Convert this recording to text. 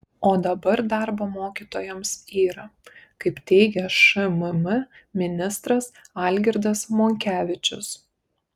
o dabar darbo mokytojams yra kaip teigia šmm ministras algirdas monkevičius